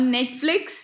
Netflix